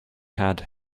had